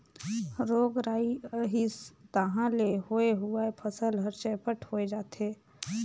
रोग राई अइस तहां ले होए हुवाए फसल हर चैपट होए जाथे